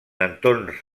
entorns